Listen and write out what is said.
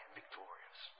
victorious